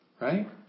Right